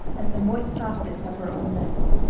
as the moist softness of her own lips.